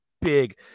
big